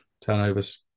turnovers